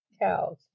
cows